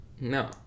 No